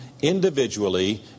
individually